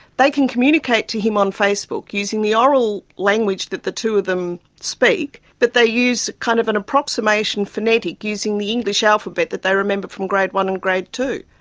they can communicate to him on facebook using the oral language that the two of them speak but they use kind of an approximation phonetic using the english alphabet that they remember from grade one and grade two.